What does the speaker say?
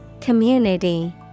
Community